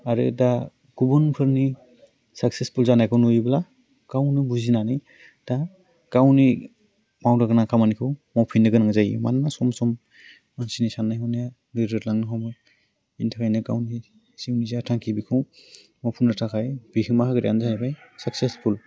आरो दा गुबुनफोरनि साक्सेसफुल जानायखौ नुयोब्ला गावनो बुजिनानै दा गावनि मावनो गोनां खामानिखौ मावफिननो गोनां जायो मानोना सम सम मानसिनि साननाय हनाया दोरोदलांनो हमो बिनि थाखायनो गावनि जिउनि जा थांखि बेखौ मावफुंनो थाखाय बिहोमा होग्रायानो जाहैबाय साक्सेसफुल